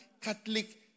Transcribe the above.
Catholic